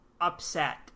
upset